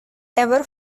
ever